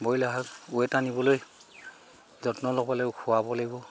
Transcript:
broiler হওক weight আনিবলৈ যত্ন ল'ব লাগিব খোৱাব লাগিব